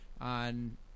on